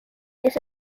this